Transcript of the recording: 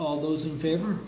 all those in favor